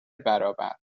برابر